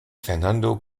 fernando